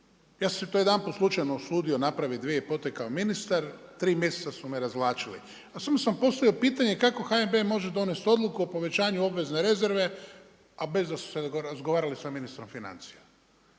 Ja sam se to jedanput slučajno usudio napraviti dva puta kao ministar, tri mjeseca su me razvlačili a samo sam postavio pitanje kako HNB može donesti odluku o povećanju obvezne rezerve a bez da su se razgovarali sa ministrom financija?